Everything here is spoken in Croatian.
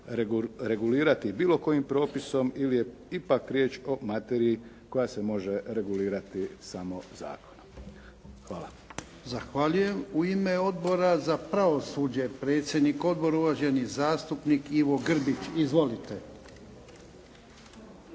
regulirati bilo kojim propisom ili je ipak riječ o materiji koja se može regulirati samo zakonom. Hvala. **Jarnjak, Ivan (HDZ)** Zahvaljujem. U ime Odbora za pravosuđe, predsjednik odbora uvaženi zastupnik Ivo Grbić. Izvolite.